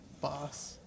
boss